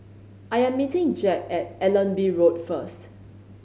I am meeting Jep at Allenby Road first